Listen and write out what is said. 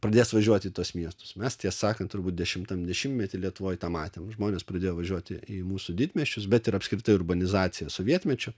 pradės važiuoti į tuos miestus mes tiesą sakant turbūt dešimtam dešimtmety lietuvoj tą matėm žmonės pradėjo važiuoti į mūsų didmiesčius bet ir apskritai urbanizacija sovietmečiu